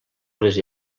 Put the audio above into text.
les